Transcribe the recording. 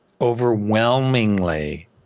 overwhelmingly